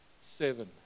seven